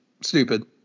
stupid